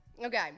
Okay